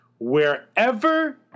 wherever